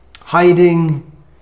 hiding